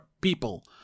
people